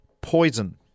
poison